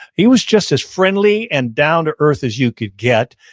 he was just as friendly and down-to-earth as you could get,